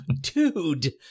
Dude